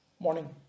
Morning